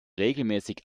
regelmäßig